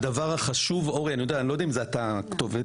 אני לא יודע אם אורי הכתובת,